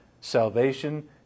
salvation